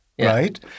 right